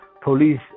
police